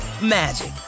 magic